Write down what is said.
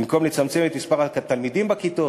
במקום לצמצם את מספר התלמידים בכיתות?